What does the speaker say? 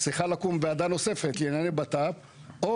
וצריכה לקום ועדה נוספת לענייני בט"פ או